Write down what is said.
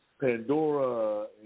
Pandora